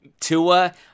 Tua